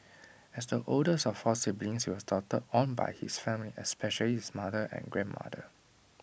as the oldest of four siblings he was doted on by his family especially his mother and grandmother